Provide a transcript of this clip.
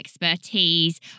expertise